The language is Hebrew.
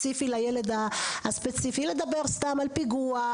לדבר על פיגוע,